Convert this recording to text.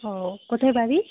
ও কোথায় বাড়ি